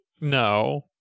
No